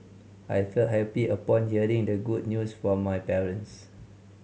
I felt happy upon hearing the good news from my parents